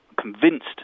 convinced